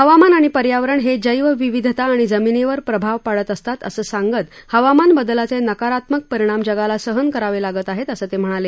हवामान आणि पर्यावरण हे जैवविविधता आणि जमिनीवर प्रभाव पडत असतात असं सांगत हवामान बदलाचे नकारात्मक परिणाम जगाला सहन करावे लागत आहेत असं ते म्हणाले